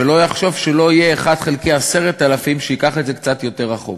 שלא יחשוב שיהיה 1 חלקי 10,000 שייקח את זה קצת יותר רחוק.